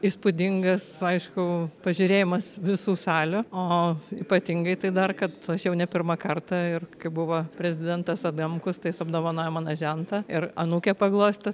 įspūdingas aišku pažiūrėjimas visų salių o ypatingai tai dar kad aš jau ne pirmą kartą ir kai buvo prezidentas adamkus tai jis apdovanojo mano žentą ir anūkę paglostė